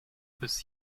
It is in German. bis